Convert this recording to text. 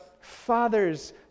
fathers